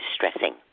distressing